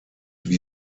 wie